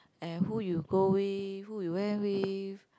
and who you go with who you went with